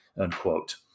unquote